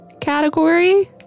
category